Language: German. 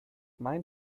mein